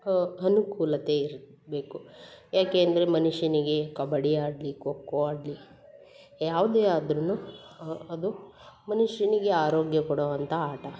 ಅನುಕೂಲತೆ ಇರಬೇಕು ಯಾಕೆ ಅಂದರೆ ಮನುಷ್ಯನಿಗೆ ಕಬಡ್ಡಿ ಆಡಲಿ ಖೋ ಖೋ ಆಡಲಿ ಯಾವುದೇ ಆದ್ರೂ ಅದು ಮನುಷ್ಯನಿಗೆ ಆರೋಗ್ಯ ಕೊಡುವಂಥ ಆಟ